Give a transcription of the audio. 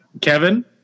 Kevin